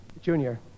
Junior